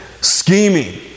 scheming